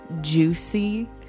juicy